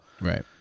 Right